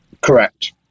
Correct